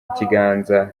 ikiganza